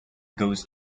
goes